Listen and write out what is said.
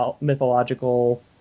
mythological